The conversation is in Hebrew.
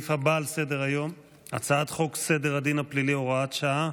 אני קובע שהצעת חוק דחיית מועדים (הוראת שעה,